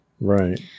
Right